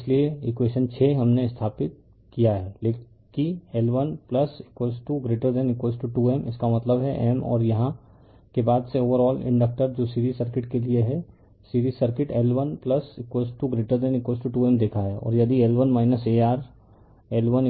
इसलिए ईक्वेशन 6 हमने स्थापित किया है कि L1 2 M इसका मतलब है M और यहाँ के बाद से ओवरआल इंडकटर जो सीरीज सर्किट के लिए है सीरीज सर्किट L1 2M देखा है और यदि L1 arL1